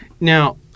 Now